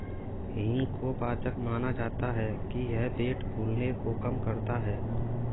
हींग को पाचक माना जाता है कि यह पेट फूलने को कम करता है